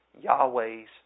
Yahweh's